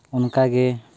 ᱚᱱᱠᱟᱜᱮ